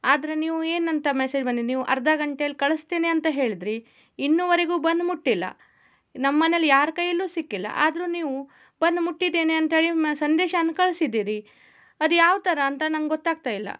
ಆದರೆ ನೀವು ಏನು ಅಂತ ಮೆಸೇಜ್ ಮಾಡೀನಿ ನೀವು ಅರ್ಧ ಗಂಟೆಯಲ್ಲಿ ಕಳಿಸ್ತೀನಿ ಅಂತ ಹೇಳಿದಿರಿ ಇನ್ನುವರೆಗೂ ಬಂದು ಮುಟ್ಟಿಲ್ಲ ನಮ್ಮ ಮನೇಲಿ ಯಾರ ಕೈಯ್ಯಲ್ಲೂ ಸಿಕ್ಕಿಲ್ಲ ಆದರೂ ನೀವು ಬಂದು ಮುಟ್ಟಿದ್ದೇನೆ ಅಂತ ಹೇಯ್ ಮೆ ಸಂದೇಶನ ಕಳಿಸಿದ್ದೀರಿ ಅದು ಯಾವ ಥರ ಅಂತ ನಂಗೆ ಗೊತ್ತಾಗ್ತಾ ಇಲ್ಲ